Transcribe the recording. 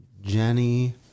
Jenny